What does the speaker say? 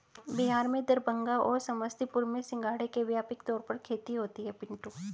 बिहार में दरभंगा और समस्तीपुर में सिंघाड़े की व्यापक तौर पर खेती होती है पिंटू